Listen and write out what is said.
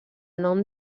nom